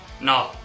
no